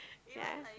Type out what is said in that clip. yeah